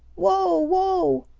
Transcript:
whoa, whoa!